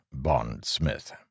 bondsmith